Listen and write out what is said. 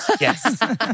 Yes